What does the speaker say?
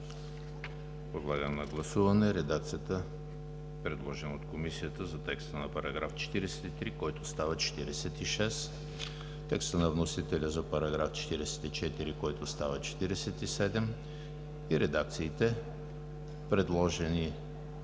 Подлагам на гласуване редакцията, предложена от Комисията за текста на § 43, който става § 46; текста на вносителя за § 44, който става § 47, и редакциите, предложени